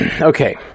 Okay